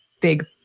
big